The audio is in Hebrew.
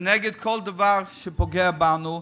ונגד בכל דבר שפוגע בנו,